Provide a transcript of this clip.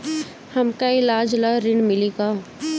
हमका ईलाज ला ऋण मिली का?